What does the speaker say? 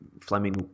Fleming